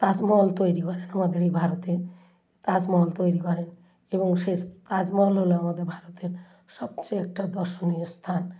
তাজমহল তৈরি করেন আমাদের এই ভারতে তাজমহল তৈরি করেন এবং সেই তাজমহল হল আমাদের ভারতের সবচেয়ে একটা দর্শনীয় স্থান